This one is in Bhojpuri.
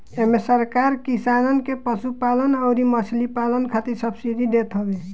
इमे सरकार किसानन के पशुपालन अउरी मछरी पालन खातिर सब्सिडी देत हवे